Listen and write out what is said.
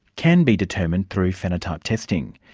can be determined through phenotype testing.